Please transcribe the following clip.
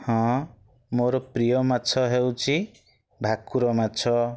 ହଁ ମୋର ପ୍ରିୟମାଛ ହେଉଛି ଭାକୁରମାଛ